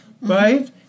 right